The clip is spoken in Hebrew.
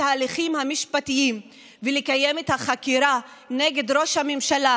ההליכים המשפטיים ולקיים את החקירה נגד ראש הממשלה,